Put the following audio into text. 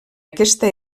aquesta